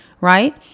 right